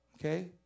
okay